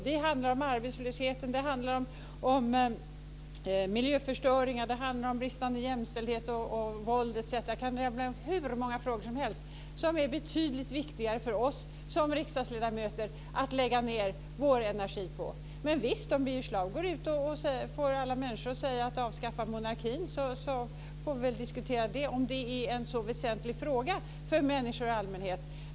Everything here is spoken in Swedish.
Det handlar om arbetslösheten, om miljöförstöring, om bristande jämställdhet och om våld etc. Jag kan nämna hur många frågor som helst som är betydligt viktigare för oss som riksdagsledamöter att lägga ned vår energi på. Men visst, om Birger Schlaug går ut och får alla människor att säga: Avskaffa monarkin! så får vi väl diskutera det, om det nu är en så väsentlig fråga för människor i allmänhet.